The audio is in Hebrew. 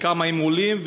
וכמה הם עולים,